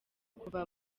kuva